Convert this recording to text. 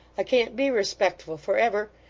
i can't be respectful for ever.